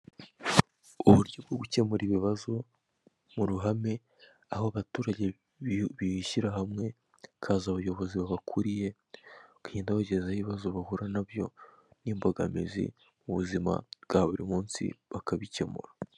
Uburyo bwo gukemura ibibazo muruhame aho abaturage bishyira hamwe hakaza abayobozi babakuriye, bakagenda babagezaho ibibazo bahura nabyo n'imbogamizi mu buzima bwa buri munsi bakabikemura.